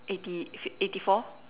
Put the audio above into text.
eighty eighty four